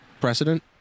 precedent